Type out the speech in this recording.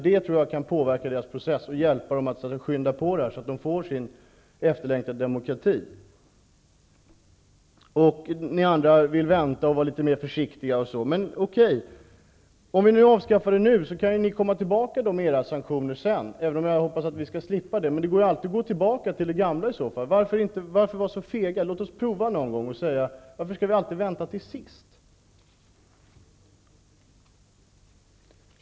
Det tror jag kan påverka processen och påskynda den, så att sydafrikanerna får sin efterlängtade demokrati. Ni andra vill vänta och vara litet försiktiga. Om vi nu avskaffar sanktionerna, kan vi alltid gå tillbaka senare, även om jag hoppas att vi slipper. Det går ju alltid att gå tillbaka till det gamla. Varför skall vi vara så fega? Låt oss prova. Varför skall vi alltid vänta till sist?